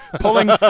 pulling